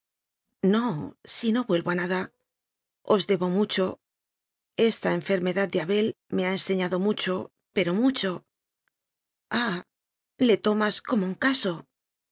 no si no vuelvo a nada os debo mucho esta enfermedad de abel me ha enseñado mucho pero mucho ah le tomas como a un caso